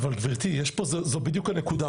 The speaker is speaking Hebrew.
גבירתי, זו בדיוק הנקודה.